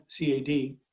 CAD